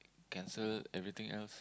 cancel everything else